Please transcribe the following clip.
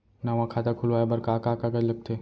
नवा खाता खुलवाए बर का का कागज लगथे?